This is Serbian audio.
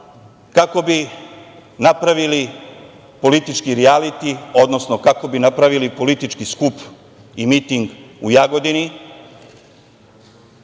kako bi napravili politički rijaliti, odnosno kako bi napravili politički skup i miting u Jagodini.